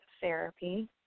therapy